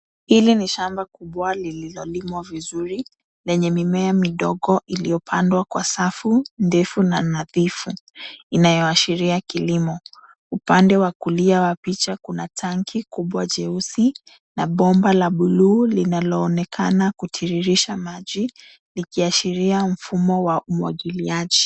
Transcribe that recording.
Hili ni shamba kubwa lililolimwa vizuri na yenye midogo iliyopandwa kwa safu ndefu na nadhifu, inayoashiria kilimo. Upande wa kulia wa picha, kuna tangi kubwa jeusi na bomba la buluu linaloonekana kutiririrsha maji likiashiria mfumo wa umwagiliaji.